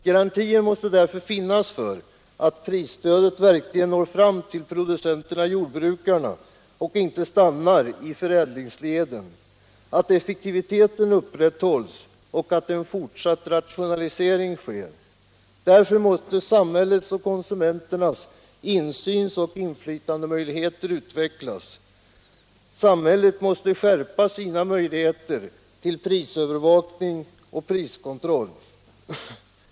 Garantier måste därför finnas för att prisstödet verkligen når fram till producenterna-jordbrukarna och inte stannar i förädlingsleden, för att effektiviteten upprätthålls och för att en fortsatt rationalisering sker. Därför måste samhället och konsumenternas insyn och inflytandemöjligheter utvecklas. Samhället måste skärpa sina möjligheter till prisövervakning och priskontroll.